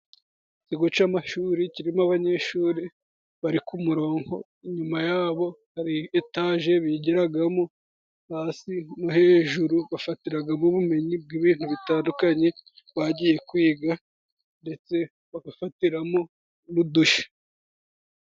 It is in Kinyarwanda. Ikigo c'amashuri kirimo abanyeshuri bari ku muronko, inyuma yabo hari etaje bigiragamo hasi no hejuru, bafatiragamo ubumenyi bw'ibintu bitandukanye bagiye kwiga ndetse bagafatiramo n'udusha.